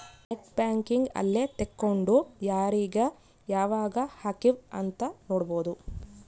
net banking ಅಲ್ಲೆ ತೆಕ್ಕೊಂಡು ಯಾರೀಗ ಯಾವಾಗ ಹಕಿವ್ ಅಂತ ನೋಡ್ಬೊದು